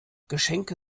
geschenke